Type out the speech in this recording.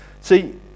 see